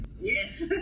Yes